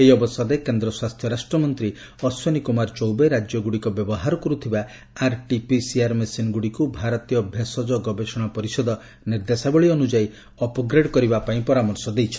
ଏହି ଅବସରରେ କେନ୍ଦ୍ର ସ୍ୱାସ୍ଥ୍ୟ ରାଷ୍ଟ୍ରମନ୍ତ୍ରୀ ଅଶ୍ୱିନୀ କୁମାର ଚୌବେ ରାଜ୍ୟଗୁଡ଼ିକ ବ୍ୟବହାର କରୁଥିବା ଆର୍ଟିପିସିଆର୍ ମେସିନ୍ଗୁଡ଼ିକୁ ଭାରତୀୟ ଭେଷଜ ଗବେଷଣା ପରିଷଦ ନିର୍ଦ୍ଦେଶାବଳୀ ଅନୁଯାୟୀ ଅପ୍ଗ୍ରେଡ୍ କରିବାପାଇଁ ପରାମର୍ଶ ଦେଇଛନ୍ତି